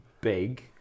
big